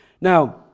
Now